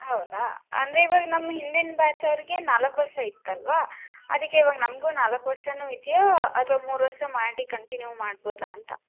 ಹೌದಾ ಅಂದರೆ ಇವಾಗ ನಮ್ಮ ಹಿಂದಿನ ಬ್ಯಾಚ್ ಅವ್ರಿಗೆ ನಾಲ್ಕು ವರ್ಷ ಇತ್ತಲ್ವಾ ಅದಕ್ಕೆ ಇವಾಗ ನಮಗು ನಾಲ್ಕು ವರ್ಷನೂ ಇದೆಯಾ ಅಥವಾ ಮೂರು ವರ್ಷ ಮಾಡಿ ಕಂಟಿನ್ಯೂ ಮಾಡ್ಬೋದಾ ಅಂತ